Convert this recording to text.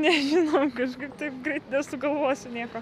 nežinau kažkaip taip greit nesugalvosiu nieko